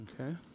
Okay